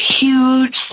huge